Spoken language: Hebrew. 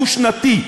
דו-שנתי.